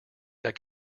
that